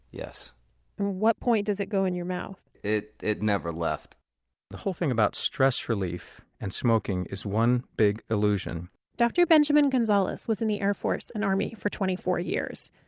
yes at what point does it go in your mouth? it it never left the whole thing about stress relief and smoking is one big illusion dr. benjamin gonzalez was in the air force and army for twenty four years.